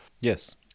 Yes